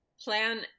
plan